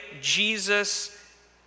Jesus